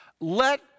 Let